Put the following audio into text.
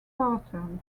pattern